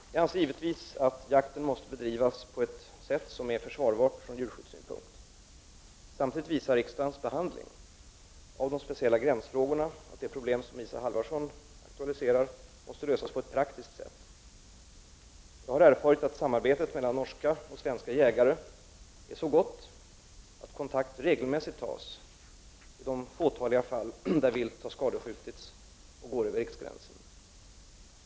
Jag anser givetvis att jakten måste bedrivas på ett sätt som är försvarbart sett från djurskyddssynpunkt. Samtidigt visar riksdagens behandling av de speciella gränsfrågorna att det problem som Isa Halvarsson aktualiserar måste lösas på ett praktiskt sätt. Jag har erfarit att samarbetet mellan norska och svenska jägare är så gott att kontakt regelmässigt tas i de fåtaliga fall som vilt skadeskjuts och går över riksgränsen.